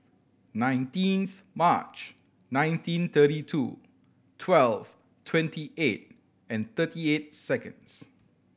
nineteenth March nineteen thirty two twelve twenty eight and thirty eight seconds